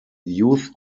youth